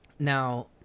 Now